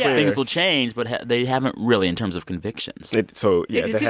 things will change, but they haven't really in terms of convictions so, yeah you yeah